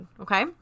okay